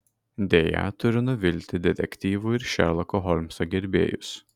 deja turiu nuvilti detektyvų ir šerloko holmso gerbėjus